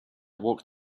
walk